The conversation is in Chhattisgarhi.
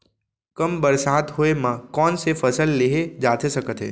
कम बरसात होए मा कौन से फसल लेहे जाथे सकत हे?